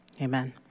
Amen